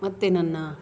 ಮತ್ತು ನನ್ನ